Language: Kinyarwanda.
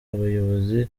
abayobozi